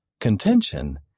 Contention